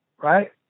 right